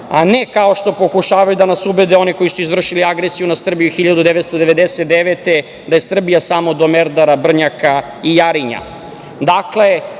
a ne kao što pokušavaju da nas ubede oni koji su izvršili agresiju na Srbiju 1999. godine, da je Srbija samo do Merdara, Brnjaka i Jarinja. Dakle,